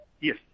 yes